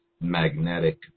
magnetic